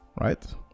right